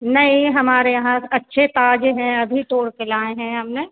नहीं हमारे यहाँ अच्छे ताजे हैं अभी तोड़ के लाए हैं हमने